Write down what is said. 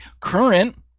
current